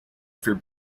for